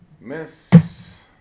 Miss